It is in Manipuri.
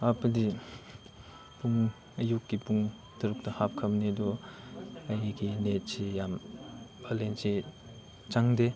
ꯍꯥꯞꯄꯗꯤ ꯄꯨꯡ ꯑꯌꯨꯛꯀꯤ ꯄꯨꯡ ꯇꯔꯨꯛꯇ ꯍꯥꯞꯈ꯭ꯔꯕꯅꯤ ꯑꯗꯨ ꯑꯩꯒꯤ ꯅꯦꯠꯁꯤ ꯌꯥꯝ ꯕꯦꯂꯦꯟꯁꯁꯤ ꯆꯪꯗꯦ